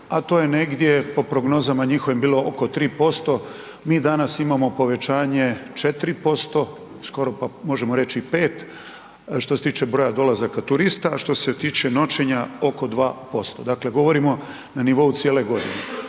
a to j negdje po prognozama njihovim bilo oko 3%. Mi danas imamo povećanje 4%, skoro pa možemo reći i 5 što se tiče broja dolazaka turista, a što se tiče noćenja oko 2%, dakle govorimo na nivou cijele godine.